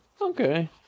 Okay